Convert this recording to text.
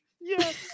Yes